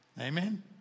Amen